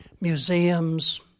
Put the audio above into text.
museums